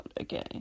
okay